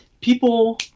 People